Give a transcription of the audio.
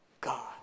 God